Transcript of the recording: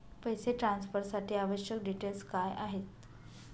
पैसे ट्रान्सफरसाठी आवश्यक डिटेल्स काय आहेत?